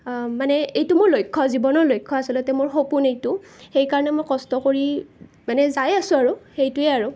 মানে এইটো মোৰ লক্ষ্য জীৱনৰ লক্ষ্য আচলতে মোৰ সপোন এইটো সেইকাৰণে মই কষ্ট কৰি মানে যাই আছোঁ আৰু সেইটোৱে আৰু